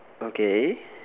okay